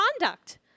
conduct